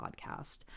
podcast